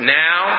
now